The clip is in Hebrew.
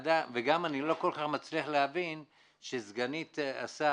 וגם אני לא כל כך מצליח להבין שסגנית השר